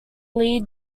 lee